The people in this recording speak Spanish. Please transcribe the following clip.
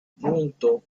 punto